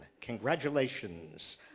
congratulations